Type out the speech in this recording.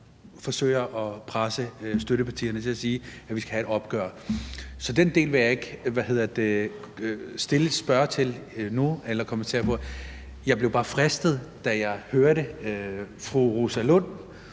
forsøger at presse støttepartierne til at sige, at vi skal have et opgør. Så den del vil jeg ikke spørge til eller kommentere på nu. Jeg blev bare fristet, da jeg hørte fru Rosa Lund